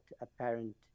apparent